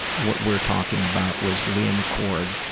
what we're talking about was lia mccord.